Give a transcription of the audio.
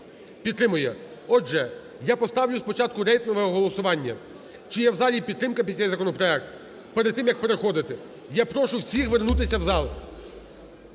Підтримує. Отже, я поставлю спочатку рейтингове голосування, чи є в залі підтримка під цей законопроект, перед тим як переходити. Я прошу всіх вернутися в зал.